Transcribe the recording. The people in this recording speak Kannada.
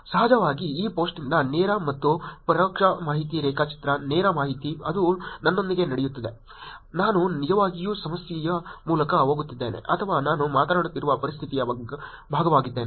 ಸಹಜವಾಗಿ ಈ ಪೋಸ್ಟ್ನಿಂದ ನೇರ ಮತ್ತು ಪರೋಕ್ಷ ಮಾಹಿತಿ ರೇಖಾಚಿತ್ರ ನೇರ ಮಾಹಿತಿ ಅದು ನನ್ನೊಂದಿಗೆ ನಡೆಯುತ್ತಿದೆ ನಾನು ನಿಜವಾಗಿಯೂ ಸಮಸ್ಯೆಯ ಮೂಲಕ ಹೋಗುತ್ತಿದ್ದೇನೆ ಅಥವಾ ನಾನು ಮಾತನಾಡುತ್ತಿರುವ ಪರಿಸ್ಥಿತಿಯ ಭಾಗವಾಗಿದ್ದೇನೆ